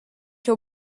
your